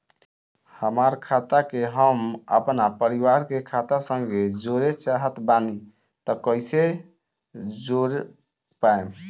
हमार खाता के हम अपना परिवार के खाता संगे जोड़े चाहत बानी त कईसे जोड़ पाएम?